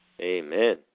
Amen